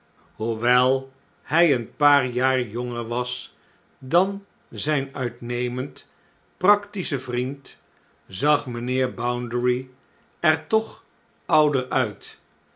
hoewel hij een paar jaar jonger was dan zijn uitnemend practische vriend zag mijnheer bounderby er toch ouder uit